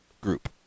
group